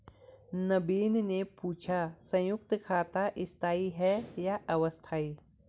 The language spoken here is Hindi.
नवीन ने पूछा संयुक्त खाता स्थाई है या अस्थाई